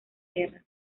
guerra